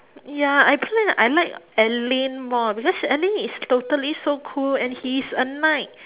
ya I plan I like alyn more because alyn is totally so cool and he is a knight